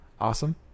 Awesome